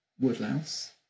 Woodlouse